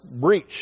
breach